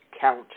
Count